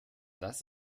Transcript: das